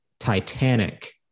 titanic